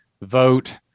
vote